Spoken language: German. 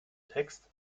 text